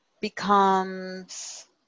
becomes